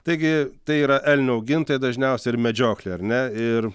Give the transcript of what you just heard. taigi tai yra elnių augintojai dažniausiai ir medžioklė ar ne ir